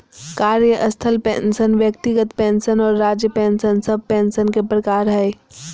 कार्यस्थल पेंशन व्यक्तिगत पेंशन आर राज्य पेंशन सब पेंशन के प्रकार हय